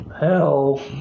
hell